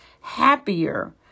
happier